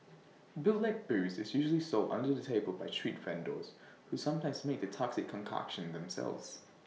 bootleg booze is usually sold under the table by street vendors who sometimes make the toxic concoction themselves